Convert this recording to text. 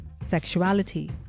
sexuality